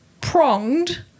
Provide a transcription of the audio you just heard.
Pronged